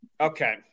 Okay